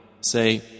say